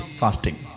fasting